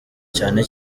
cyane